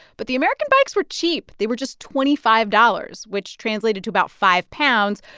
but the american bikes were cheap. they were just twenty five dollars, which translated to about five pounds,